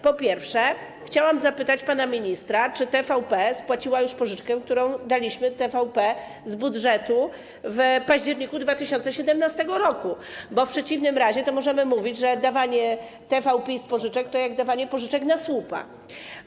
Po pierwsze, chciałam zapytać pana ministra, czy TVP spłaciła już pożyczkę, którą daliśmy TVP z budżetu w październiku 2017 r., bo w przeciwnym razie możemy mówić, że dawanie TV PiS pożyczek to jak dawanie pożyczek na słupa.